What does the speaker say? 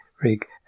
rig